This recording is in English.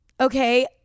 Okay